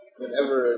whenever